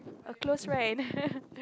a close friend